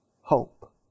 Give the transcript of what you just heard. hope